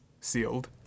Sealed